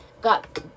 got